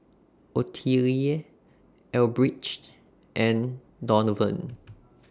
Ottilie Elbridge and Donovan